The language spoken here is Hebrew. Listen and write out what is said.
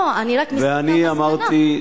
לא, אני רק מסיקה מסקנות.